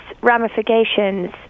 ramifications